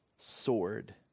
sword